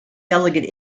delegate